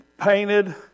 painted